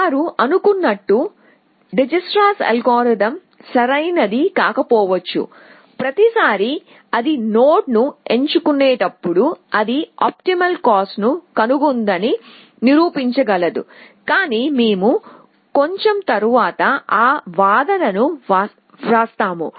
వారు అనుకున్నట్టు Dijkstra algorithm సరైనది కాకపోవచ్చు ప్రతిసారీ అది నోడ్ను ఎంచుకున్నప్పుడు అది ఆప్టిమల్ కాస్ట్ ను కనుగొందని నిరూపించగలదు కాని మేము కొంచెం తరువాత ఆ వాదనకు వస్తాము